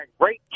great